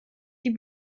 die